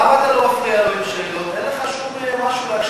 אבל למה אתה לא מפריע לו עם שאלות?